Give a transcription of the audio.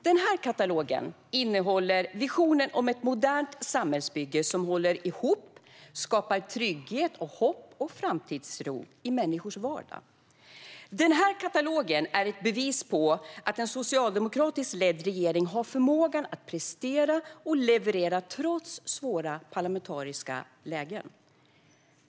Den här katalogen innehåller visionen om ett modernt samhällsbygge som håller ihop, skapar trygghet, hopp och framtidstro i människors vardag. Den här katalogen är ett bevis på att en socialdemokratiskt ledd regering har förmåga att prestera och leverera trots svåra parlamentariska lägen.